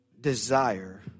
desire